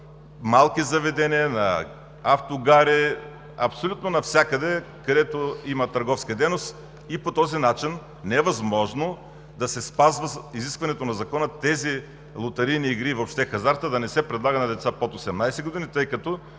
малки заведения, на автогари, абсолютно навсякъде, където има търговска дейност. По този начин не е възможно да се спазва изискването на Закона тези лотарийни игри и въобще хазартът да не се предлага на деца под 18 години, тъй като